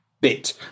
bit